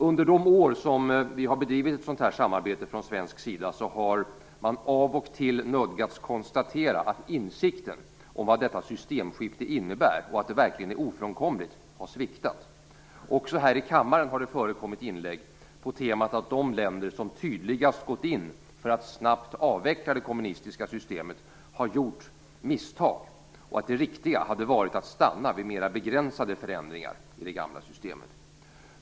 Under de år som vi från svensk sida har bedrivit sådant här samarbete har man av och till nödgats konstatera att insikten om vad detta systemskifte innebär och om att det verkligen är ofrånkomligt har sviktat. Också här i kammaren har det förekommit inlägg på temat att de länder som tydligast gått in för att snabbt avveckla det kommunistiska systemet har gjort misstag och att det riktiga hade varit att stanna vid mera begränsade förändringar i det gamla systemet.